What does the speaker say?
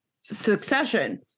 Succession